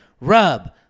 rub